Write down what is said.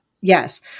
Yes